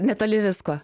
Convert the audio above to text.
netoli visko